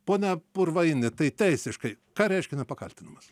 pone purvaini tai teisiškai ką reiškia nepakaltinamas